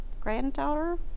granddaughter